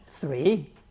three